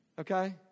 Okay